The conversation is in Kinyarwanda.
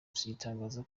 gitangaza